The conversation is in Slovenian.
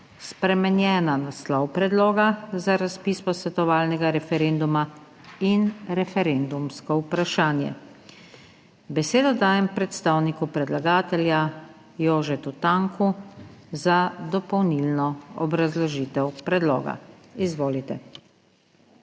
spremenjena naslov Predloga za razpis posvetovalnega referenduma in referendumsko vprašanje. Besedo dajem predstavniku predlagatelja, Jožetu Tanku, za dopolnilno obrazložitev predloga. Izvolite.